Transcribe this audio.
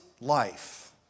life